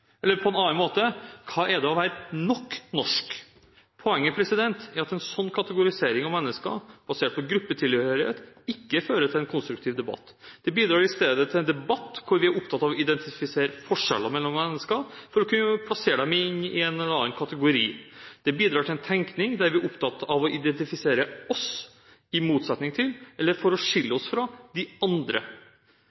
Eller sagt på en annen måte: Hva er det å være nok norsk? Poenget er at en slik kategorisering av mennesker basert på gruppetilhørighet ikke fører til en konstruktiv debatt. Det bidrar i stedet til en debatt hvor vi er opptatt av å identifisere forskjeller mellom mennesker for å kunne plassere dem inn i en eller annen kategori. Det bidrar til en tenkning der vi er opptatt av å identifisere «oss» i motsetning til – eller for å skille